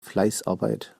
fleißarbeit